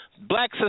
black